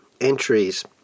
entries